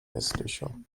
hässlicher